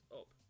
up